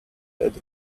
that